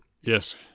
Yes